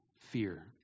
fear